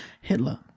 Hitler